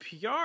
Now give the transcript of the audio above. PR